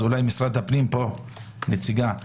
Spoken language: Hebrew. אז אולי נציגי המשרד שנמצאים פה יגידו לנו.